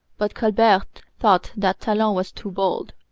but colbert thought that talon was too bold.